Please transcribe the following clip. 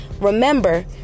remember